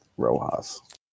Rojas